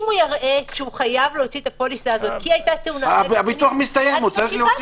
אם אותו סוכן ביטוח צריך לטפל בתאונה שקרתה באופן